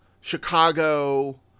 Chicago